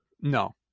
No